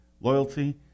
loyalty